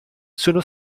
sono